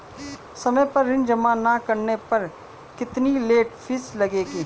समय पर ऋण जमा न करने पर कितनी लेट फीस लगेगी?